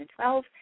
2012